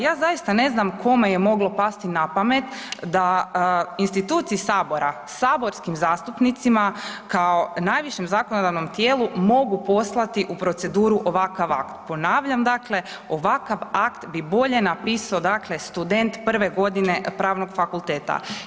Ja zaista ne znam kome je moglo pasti na pamet da instituciji Sabora, saborskim zastupnicima kao najvišem zakonodavnom tijelu mogu poslati u proceduru ovakav akt, ponavljam dakle, ovakav akt bi bolje napisao student prve godine Pravnog fakulteta.